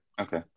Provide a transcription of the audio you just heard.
okay